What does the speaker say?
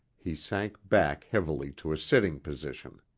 he sank back heavily to a sitting position.